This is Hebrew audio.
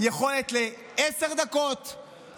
אין לכם יכולת להתמקד עשר דקות בהצעה